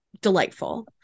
delightful